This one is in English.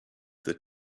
the